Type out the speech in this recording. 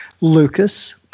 Lucas